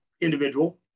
individual